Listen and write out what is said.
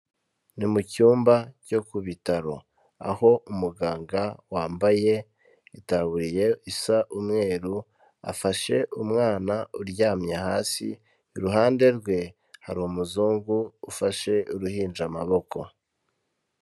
Ni mu cyumba cyo ku bitaro, aho umuganga wambaye itaburiya isa umweru afashe umwana uryamye hasi, iruhande rwe hari umuzungu ufashe uruhinja amaboko.